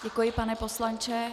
Děkuji, pane poslanče.